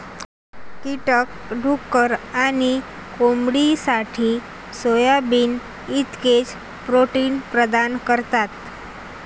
कीटक डुक्कर आणि कोंबडीसाठी सोयाबीन इतकेच प्रोटीन प्रदान करतात